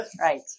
Right